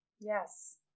Yes